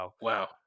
Wow